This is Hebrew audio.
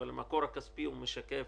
אבל המקור הכספי משקף